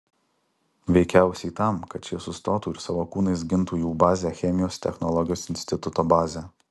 veikiausiai tam kad šie sustotų ir savo kūnais gintų jų bazę chemijos technologijos instituto bazę